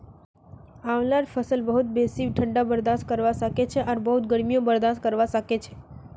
आंवलार फसल बहुत बेसी ठंडा बर्दाश्त करवा सखछे आर बहुत गर्मीयों बर्दाश्त करवा सखछे